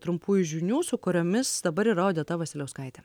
trumpųjų žinių su kuriomis dabar yra odeta vasiliauskaitė